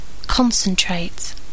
Concentrate